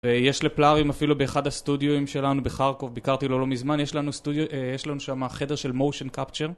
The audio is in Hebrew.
ויש לפלארים אפילו באחד הסטודיו שלנו בחרקוב, ביקרתי לו לא מזמן, יש לנו שם חדר של מושן קפצ'ר.